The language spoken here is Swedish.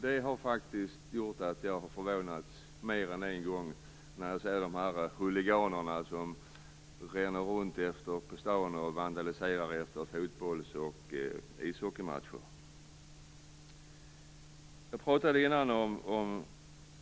Det har faktiskt gjort att jag har förvånats mer än en gång när jag sett de här huliganerna som ränner runt på stan och vandaliserar efter fotbolls och ishockeymatcher. Jag pratade innan om